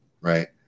right